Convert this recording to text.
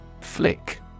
Flick